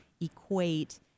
equate